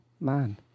Man